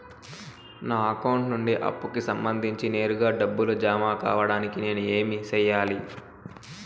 నా అకౌంట్ నుండి అప్పుకి సంబంధించి నేరుగా డబ్బులు జామ కావడానికి నేను ఏమి సెయ్యాలి?